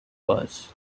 was